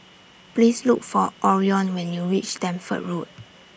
Please Look For Orion when YOU REACH Stamford Road